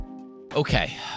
okay